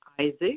Isaac